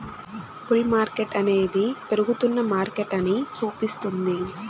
bull మార్కెట్టనేది పెరుగుతున్న మార్కెటని సూపిస్తుంది